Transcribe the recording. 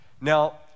Now